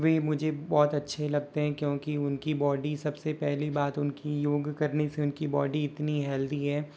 वे मुझे बहुत अच्छे लगते है क्योंकि उनकी बॉडी सबसे पहली बात उनकी योग करने से उनकी बॉडी इतनी हेल्थी है